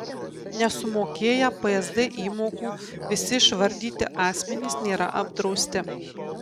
nesumokėję psd įmokų visi išvardyti asmenys nėra apdrausti